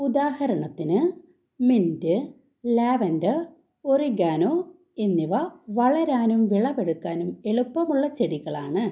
ഉദാഹരണത്തിന് mint lavender oregano എന്നിവ വളരാനും വിളവെടുക്കാനും എളുപ്പമുള്ള ചെടികളാണ്